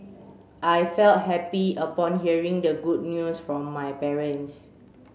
I felt happy upon hearing the good news from my parents